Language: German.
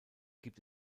gibt